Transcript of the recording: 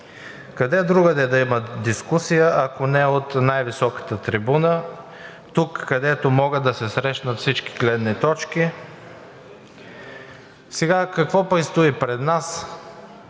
Къде другаде да има дискусия, ако не от най-високата трибуна – тук, където могат да се срещнат всички гледни точки?! Какво предстои сега пред нас?